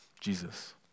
Jesus